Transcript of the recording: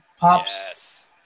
Pops